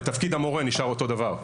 אבל תפקיד המורה נשאר אותו הדבר.